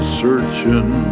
searching